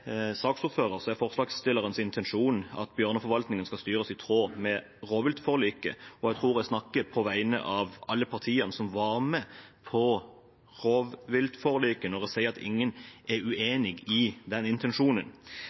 intensjon at bjørneforvaltningen skal styres i tråd med rovviltforliket. Jeg tror jeg snakker på vegne av alle partiene som var med på rovviltforliket, når jeg sier at ingen er uenig i den intensjonen.